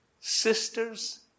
sister's